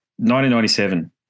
1997